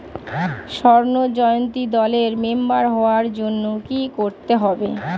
স্বর্ণ জয়ন্তী দলের মেম্বার হওয়ার জন্য কি করতে হবে?